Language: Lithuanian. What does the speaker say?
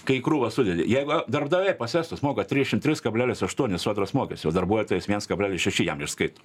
kai į krūvą sudedi jei darbdaviai pas estus moka triešim tris kablelis aštuoni sodros mokestį ož darbuotojas viens kablalis šeši jam išskaito